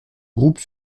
groupe